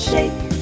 shake